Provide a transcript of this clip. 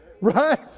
right